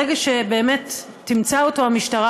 ברגע שבאמת תמצא אותו המשטרה,